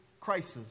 crisis